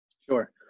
sure